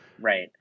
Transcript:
right